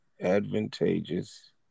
advantageous